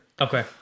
Okay